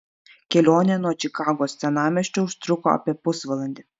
kelionė nuo čikagos senamiesčio užtruko apie pusvalandį